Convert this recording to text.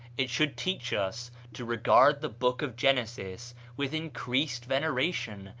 it should teach us to regard the book of genesis with increased veneration,